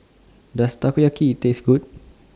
Does Takoyaki Taste Good